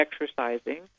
exercising